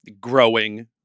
growing